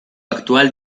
actual